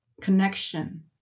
connection